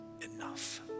enough